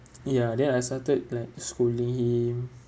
ya then I started like scolding him